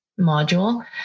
module